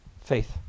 faith